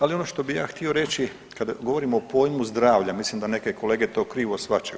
Ali ono što bih ja htio reći kada govorimo o pojmu zdravlja, mislim da neke kolege to krivo shvaćaju.